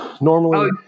normally